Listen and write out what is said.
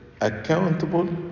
accountable